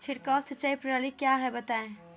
छिड़काव सिंचाई प्रणाली क्या है बताएँ?